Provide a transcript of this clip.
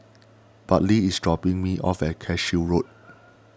Bartley is dropping me off at Cashew Road